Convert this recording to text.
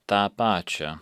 tą pačią